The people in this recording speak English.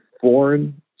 foreign